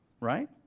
Right